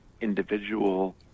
individual